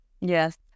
Yes